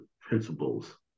principles